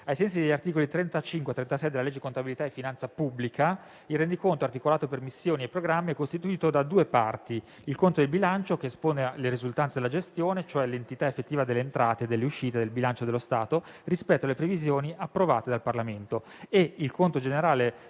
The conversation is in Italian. Ai sensi degli articoli 35 e 36 della legge di contabilità e finanza pubblica, il rendiconto, articolato per missioni e programmi, è costituito da due parti: il conto del bilancio, che espone le risultanze della gestione, cioè l'entità effettiva delle entrate e delle uscite del bilancio dello Stato rispetto alle previsioni approvate dal Parlamento,